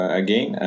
again